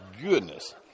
goodness